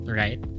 right